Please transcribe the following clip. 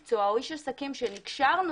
שפונים אלינו מקבלים איזשהו יחס שונה ואיזשהו